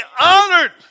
honored